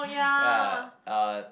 ya uh